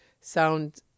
sound